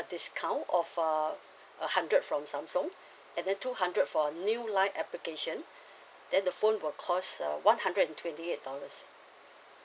discount of uh a hundred from samsung at then two hundred for new line application then the phone will cost uh one hundred and twenty eight dollars